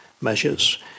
measures